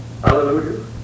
hallelujah